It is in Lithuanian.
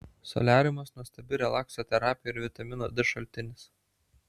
soliariumas nuostabi relakso terapija ir vitamino d šaltinis